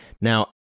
Now